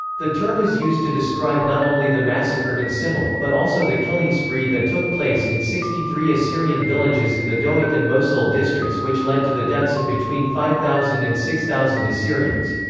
the term is used to describe not only the massacre in simele, but also the killing spree that took place in sixty three assyrian villages in the dohuk and mosul districts which led to the deaths of between five thousand and six thousand assyrians.